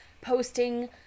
posting